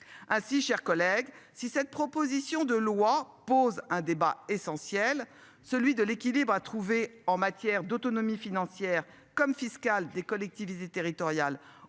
Ah si cher collègue. Si cette proposition de loi pose un débat essentiel, celui de l'équilibre à trouver en matière d'autonomie financière comme fiscale des collectivités territoriales